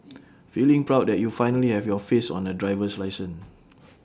feeling proud that you finally have your face on A driver's license